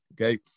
okay